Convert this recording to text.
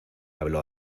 habló